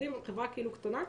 חברה כאילו קטנה,